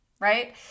Right